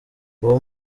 uwo